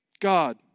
God